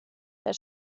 der